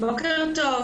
בוקר טוב.